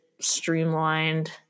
streamlined